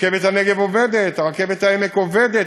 רכבת הנגב עובדת, רכבת העמק עובדת.